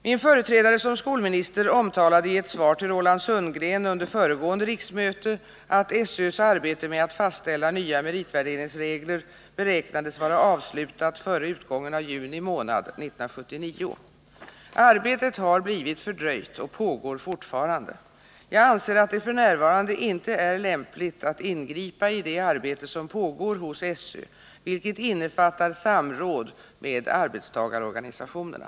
Min företrädare som skolminister omtalade i ett svar till Roland Sundgren under föregående riksmöte, att SÖ:s arbete med att fastställa nya meritvärderingsregler beräknades vara avslutat före utgången av juni månad 1979. Arbetet har blivit fördröjt och pågår fortfarande. Jag anser att det f. n. inte är lämpligt att ingripa i det arbete som pågår hos SÖ, vilket innefattar samråd med arbetstagarorganisationerna.